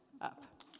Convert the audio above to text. up